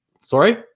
Sorry